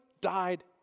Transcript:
died